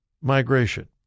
migration